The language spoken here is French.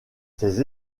ses